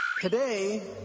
Today